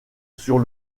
sur